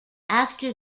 after